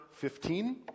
15